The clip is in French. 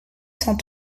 cent